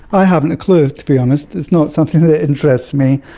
i haven't a clue, to be honest, it's not something that interests me.